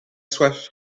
soif